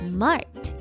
Smart